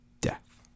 death